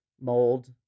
mold